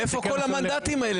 מאיפה כל המנדטים האלה,